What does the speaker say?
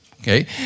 okay